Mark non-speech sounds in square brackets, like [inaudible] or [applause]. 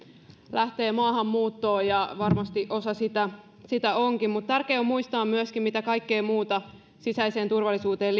lähtee maahanmuuttoon ja varmasti osa sitä sitä onkin mutta tärkeä on muistaa myöskin mitä kaikkea muuta sisäiseen turvallisuuteen [unintelligible]